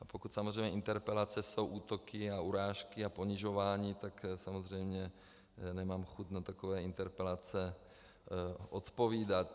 A pokud samozřejmě interpelace jsou útoky a urážky a ponižování, tak samozřejmě nemám chuť na takové interpelace odpovídat.